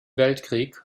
weltkrieg